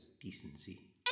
decency